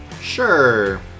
Sure